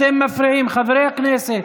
אתם מפריעים, חברי הכנסת.